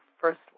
First